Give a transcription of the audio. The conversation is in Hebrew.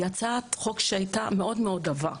היא הצעת חוק מאוד מאוד עבה.